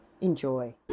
Enjoy